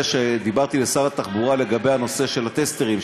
שדיברתי עם שר התחבורה לגבי הנושא של הטסטרים,